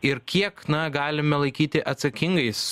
ir kiek na galime laikyti atsakingais